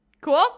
Cool